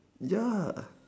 ya